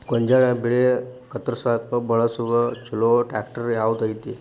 ಗೋಂಜಾಳ ಬೆಳೆ ಕತ್ರಸಾಕ್ ಬಳಸುವ ಛಲೋ ಟ್ರ್ಯಾಕ್ಟರ್ ಯಾವ್ದ್ ಐತಿ?